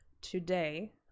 today